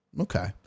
Okay